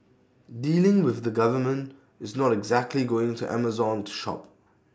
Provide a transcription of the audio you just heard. dealing with the government is not exactly going to Amazon to shop